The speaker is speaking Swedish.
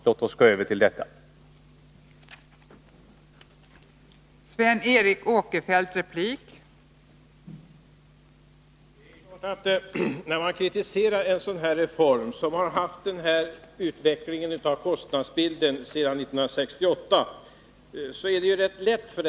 Låt oss gå över till den tekniken.